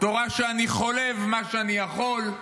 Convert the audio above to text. תודה שאני חולב מה שאני יכול,